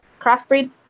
crossbreed